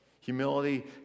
Humility